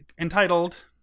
entitled